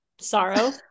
sorrow